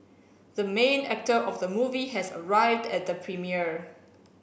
the main actor of the movie has arrived at the premiere